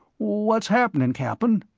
what's happenin'? cap'n?